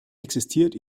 existiert